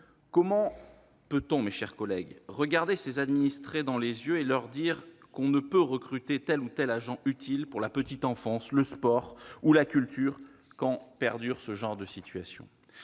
Comment, mes chers collègues, peut-on regarder ses administrés dans les yeux et leur dire qu'on ne peut recruter tel ou tel agent utile pour la petite enfance, le sport ou la culture quand perdurent de telles situations ?